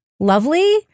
lovely